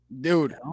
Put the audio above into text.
Dude